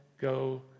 go